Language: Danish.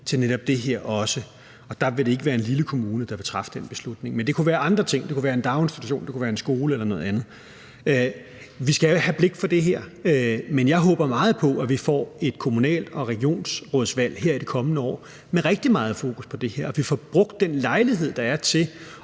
til netop det her. Der vil det ikke være en lille kommune, der træffer den beslutning. Men det kunne være andre ting: Det kunne være en daginstitution, det kunne være en skole, eller det kunne være noget andet. Vi skal have blik for det her, men jeg håber meget på, at vi får et kommunal- og regionsrådsvalg her i det kommende år med rigtig meget fokus på det her, og at vi får brugt den lejlighed, der er, til